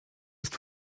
ist